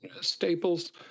Staples